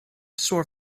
sore